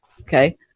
Okay